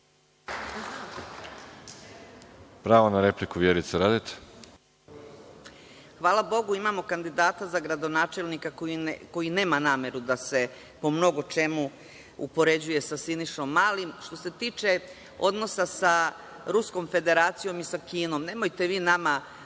Izvolite. **Vjerica Radeta** Hvala Bogu, imamo kandidata za gradonačelnika koji nema nameru da se po mnogo čemu upoređuje sa Sinišom Malim. Što se tiče odnosa sa Ruskom Federacijom i sa Kinom, nemojte vi nama